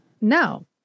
no